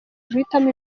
guhitamo